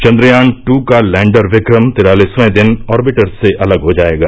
Chandrayaan two का lander Vikram तिरालिसवें दिन ऑर्बिटर से अलग हो जाएगा